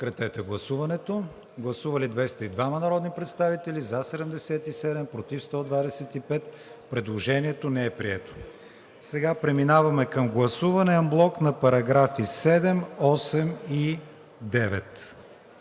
Сега преминаваме към гласуване анблок на параграфи 7, 8 и 9